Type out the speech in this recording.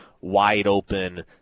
wide-open